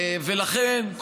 ולכן,